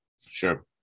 Sure